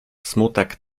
smutek